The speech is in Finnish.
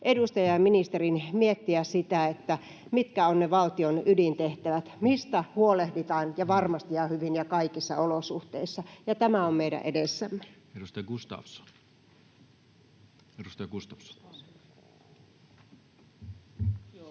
edustajan ja ministerin miettiä sitä, mitkä ovat ne valtion ydintehtävät, mistä huolehditaan ja varmasti ja hyvin ja kaikissa olosuhteissa, ja tämä on meidän edessämme. [Speech 344] Speaker: Toinen